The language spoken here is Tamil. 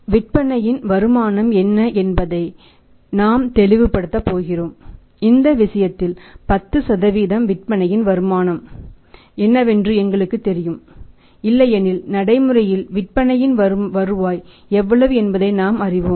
விற்பனையின் வருமானம் என்ன என்பதை நாங்கள் தெளிவுபடுத்தப் போகிறோம் இந்த விஷயத்தில் 10 விற்பனையின் வருமானம் என்னவென்று எங்களுக்குத் தெரியும் இல்லையெனில் நடைமுறையில் விற்பனையின் வருவாய் எவ்வளவு என்பதை நாம் அறிவோம்